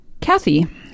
Kathy